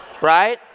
Right